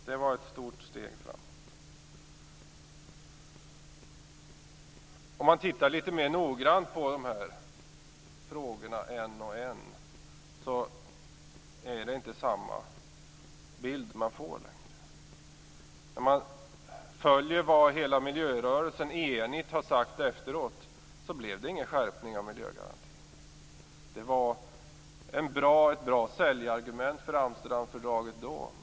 Det var ett stort steg framåt. Om man tittar litet mer noggrant på en och en av de här frågorna får man inte längre samma bild. Följer man vad hela miljörörelsen enigt har sagt efteråt finner man att det inte blev någon skärpning av miljögarantin. Det var ett bra säljargument för Amsterdamfördraget då.